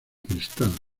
cristal